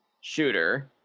shooter